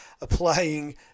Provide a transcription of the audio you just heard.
applying